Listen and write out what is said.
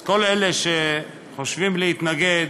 אז כל אלה שחושבים להתנגד,